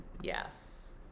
Yes